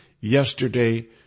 yesterday